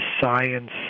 science